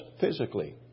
physically